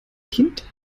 kind